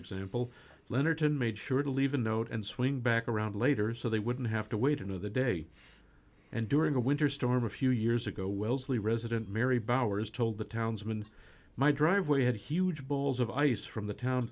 example leonard made sure to leave a note and swing back around later so they wouldn't have to wait another day and during a winter storm a few years ago wellesley resident mary bowers told the townsmen my driveway had huge bowls of ice from the town